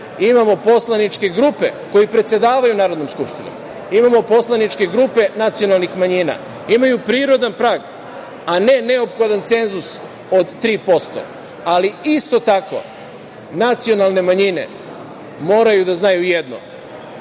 imamo poslaničke grupe koje predsedavaju Narodnom skupštinom, imamo poslaničke grupe nacionalnih manjina, imaju prirodan prag, a ne neophodan cenzus od 3%, ali isto tako nacionalne manjine moraju da znaju jedno,